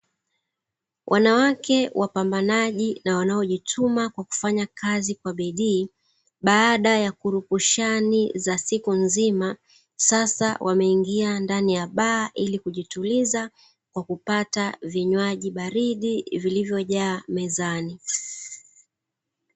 Wanawake wapambanaji na wanaojituma kwa kufanya kazi kwa bidii, baada ya purukushani za siku nzima sasa wameingia ndani ya baa ili kujituliza kwa kupata vinywaji baridi vilivyojaa mezani.